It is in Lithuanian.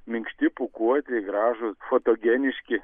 minkšti pūkuoti gražūs fotogeniški